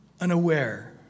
unaware